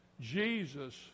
Jesus